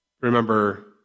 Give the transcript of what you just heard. remember